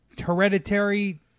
hereditary